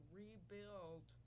rebuild